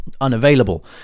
unavailable